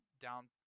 down